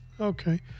okay